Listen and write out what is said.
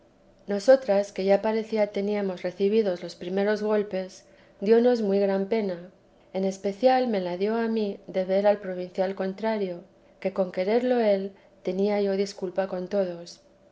nosotras que ya parecía teníamos recibidos los primeros golpes diónos muy gran pena en especial me la dio a mí de ver al provincial contrario que con quererlo él tenía yo disculpa con todos